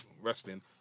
wrestling